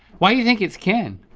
why think it's ken?